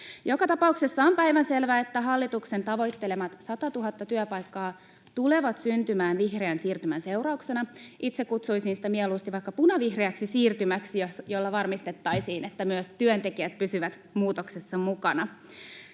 Joka tapauksessa on päivänselvää, että hallituksen tavoittelemat satatuhatta työpaikkaa tulevat syntymään vihreän siirtymän seurauksena. Itse kutsuisin sitä mieluusti vaikka punavihreäksi siirtymäksi, jolla varmistettaisiin, että myös työntekijät pysyvät muutoksessa mukana.